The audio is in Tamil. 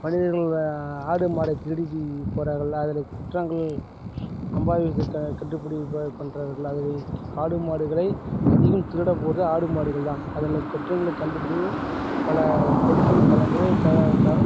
மனிதர்கள் ஆடு மாடை திருடிகிட்டு போறார்கள் அதில் குற்றங்களை அம்பாவிசிக்க கட்டுப்படி ப பண்ணுறார்கள் அதில் ஆடு மாடுகளை அதிகம் திருட போவது ஆடு மாடுகள் தான் அதனை குற்றங்களை கண்டுபிடி பல போலீஸுக்கு பலமுறை த த